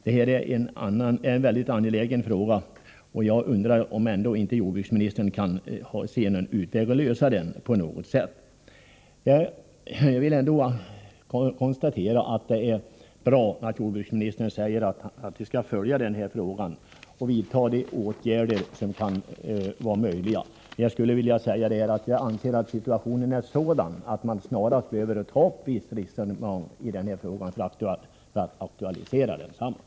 Detta är en mycket angelägen fråga, och jag undrar om inte jordbruksministern kan finna en utväg att lösa den. Det är bra att jordbruksministern säger att vi skall följa denna fråga och vidta de åtgärder som kan vara behövliga. Jag anser att situationen är sådan att denna fråga snarast bör aktualiseras i riksdagen.